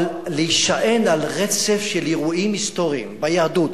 אבל להישען על רצף של אירועים היסטוריים ביהדות,